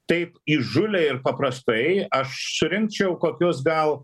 taip įžūliai ir paprastai aš surinkčiau kokius gal